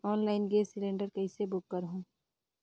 Online gas cylinder कइसे book करहु?